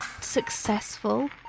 successful